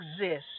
exist